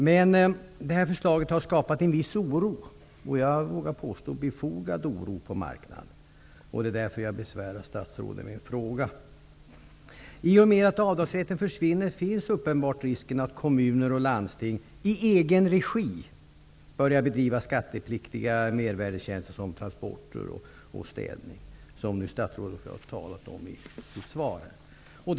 Men förslaget har skapat en viss oro -- jag vågar påstå befogad oro -- på marknaden. Därför besvärar jag statsrådet med en fråga. I och med att avdragsrätten försvinner finns uppenbarligen risken att kommuner och landsting i egen regi börjar bedriva skattepliktiga mervärdestjänster som transporter och städning, som statsrådet talar om i sitt svar.